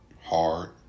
hard